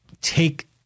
take